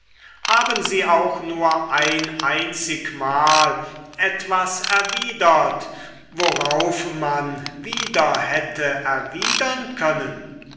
haben sie auch nur ein einzigmal etwas erwidert worauf man wieder hätte erwidern können